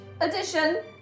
addition